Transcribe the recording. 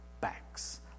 backs